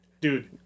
Dude